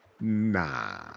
Nah